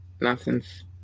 nothing's